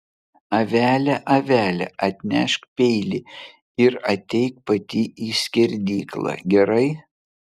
avele avele atnešk peilį ir ateik pati į skerdyklą gerai